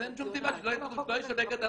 אין שום סיבה שלא יהיה כתוב "לא